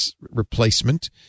replacement